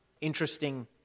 Interesting